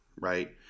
right